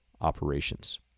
operations